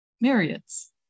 Myriads